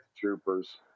Troopers